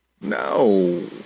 No